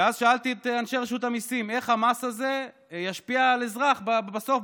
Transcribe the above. שאלתי את אנשי רשות המיסים איך המס הזה ישפיע על אזרח בסוף,